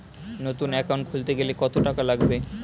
নতুন একাউন্ট খুলতে গেলে কত টাকা লাগবে?